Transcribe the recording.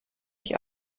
ich